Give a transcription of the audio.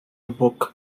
book